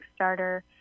Kickstarter